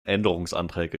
änderungsanträge